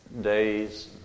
days